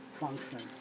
function